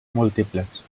múltiples